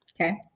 Okay